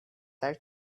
like